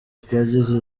tugize